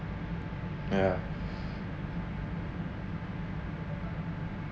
ya